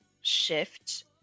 shift